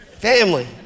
family